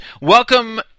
Welcome